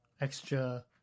extra